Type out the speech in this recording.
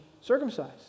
circumcised